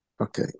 Okay